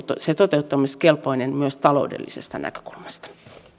se toteuttamiskelpoinen myös taloudellisesta näkökulmasta